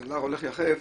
הסנדלר הולך יחף,